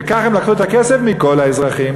וכך הם לקחו את הכסף מכל האזרחים.